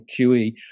QE